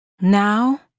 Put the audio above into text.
Now